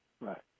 Right